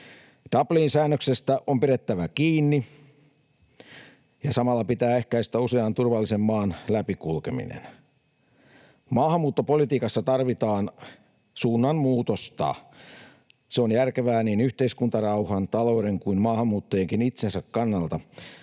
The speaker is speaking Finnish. Dublinin säännöksestä on pidettävä kiinni, ja samalla pitää ehkäistä usean turvallisen maan läpi kulkeminen. Maahanmuuttopolitiikassa tarvitaan suunnanmuutosta. Se on järkevää niin yhteiskuntarauhan, talouden kuin maahanmuuttajien itsensäkin kannalta.